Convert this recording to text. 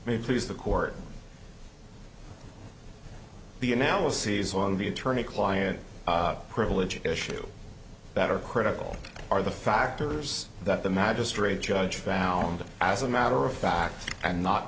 very pleased the court the analyses on the attorney client privilege issue that are critical are the factors that the magistrate judge found as a matter of fact and not